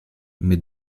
mais